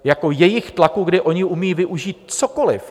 Jako jejich tlaku, kdy oni umí využít cokoli.